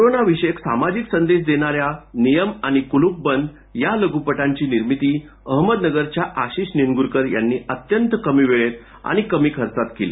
corona विषयक सामाजिक संदेश देणाऱ्या नियम आणि कूलूपबंद या लघूपटांची निर्मिती अहमदनगरच्या आशीष निनगुरकर यांनी अत्यंत कमी वेळेत आणि कमी खर्चात केली